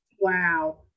wow